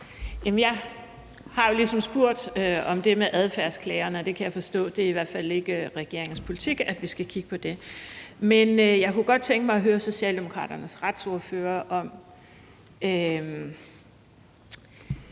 jeg kan forstå, at det i hvert fald ikke er regeringens politik, at vi skal kigge på det. Men jeg kunne godt tænke mig at høre Socialdemokraternes retsordfører, om